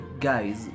guys